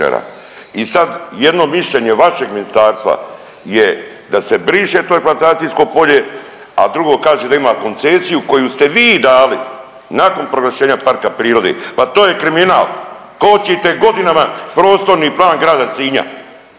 i sad jedno mišljenje vašeg ministarstva je da se briše to eksploatacijsko polje, a drugo kaže da ima koncesiju koju ste vi dali nakon proglašenja parka prirode, pa to je kriminal, kočite godinama prostorni plan grada Sinja,